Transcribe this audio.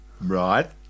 Right